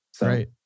Right